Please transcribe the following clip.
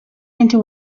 into